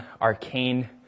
arcane